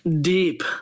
deep